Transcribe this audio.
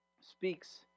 Speaks